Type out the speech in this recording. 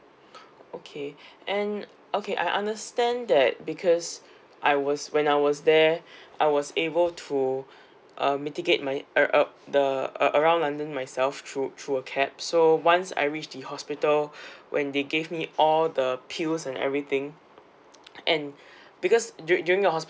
okay and okay I understand that because I was when I was there I was able to uh mitigate my uh the uh around london myself through through a cab so once I reached the hospital when they gave me all the pills and everything and because during during the hospital